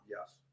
yes